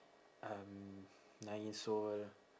um nine years old